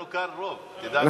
אנחנו כאן רוב, תדע לך.